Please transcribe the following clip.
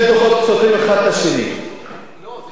לא, זה שתי גישות משפטיות שסותרות האחת את השנייה.